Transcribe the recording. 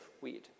weed